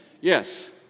Yes